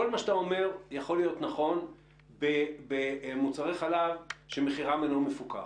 כל מה שאתה אומר יכול להיות נכון במוצרי חלב שמחירם אינו מפוקח,